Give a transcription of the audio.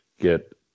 get